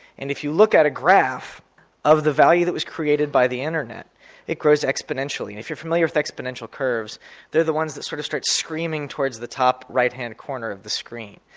and if you look at a graph of the value that was created by the internet it grows exponentially, and if you're familiar with exponential curves they're the ones that sort of start screaming towards the top right hand corner of the screen.